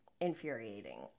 infuriating